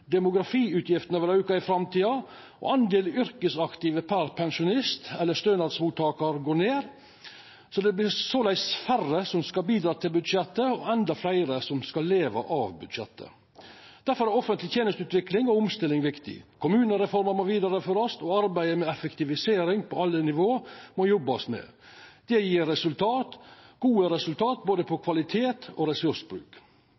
Demografiutgiftene vil auka i framtida. Delen av yrkesaktive per pensjonist eller stønadsmottakar går ned. Det vert såleis færre som skal bidra til budsjettet, og endå fleire som skal leva av budsjettet. Difor er offentleg tenesteutvikling og omstilling viktig. Kommunereforma må vidareførast, og arbeidet med effektivisering på alle nivå må ein jobba med. Det gjev gode resultat på både